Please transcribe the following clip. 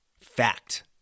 Fact